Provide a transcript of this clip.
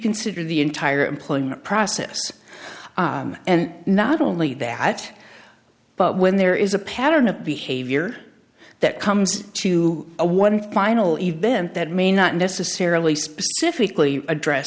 consider the entire employment process and not only that but when there is a pattern of behavior that comes to a one final event that may not necessarily specifically address